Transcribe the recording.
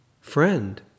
friend